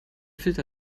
filter